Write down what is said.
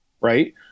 right